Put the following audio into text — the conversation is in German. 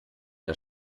der